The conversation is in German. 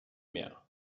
mehr